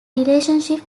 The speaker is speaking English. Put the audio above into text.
relationship